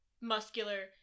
muscular